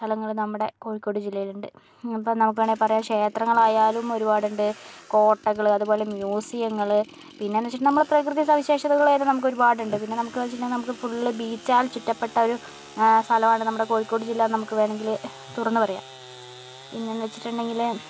സ്ഥലങ്ങൾ നമ്മുടെ കോഴിക്കോട് ജില്ലയിലുണ്ട് അപ്പോൾ നമുക്ക് വേണമെങ്കിൽ പറയാം ക്ഷേത്രങ്ങളായാലും ഒരുപാടുണ്ട് കോട്ടകൾ അതുപോലെ മ്യൂസിയങ്ങൾ പിന്നെയെന്ന് വെച്ചിട്ടുണ്ടെങ്കിൽ നമ്മുടെ പ്രകൃതി സവിശേഷതകളായിട്ട് നമുക്ക് ഒരുപാടുണ്ട് പിന്നെ നമുക്ക് വെച്ചിട്ടുണ്ടെങ്കിൽ നമുക്ക് ഫുള്ള് ബീച്ചാൽ ചുറ്റപ്പെട്ട ഒരു സ്ഥലമാണ് നമ്മുടെ കോഴിക്കോട് ജില്ലയെന്ന് നമുക്ക് വേണമെങ്കിൽ തുറന്നു പറയാം പിന്നെന്താ വച്ചിട്ടുണ്ടെങ്കിൽ